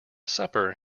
supper